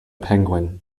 penguin